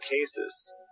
cases